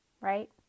right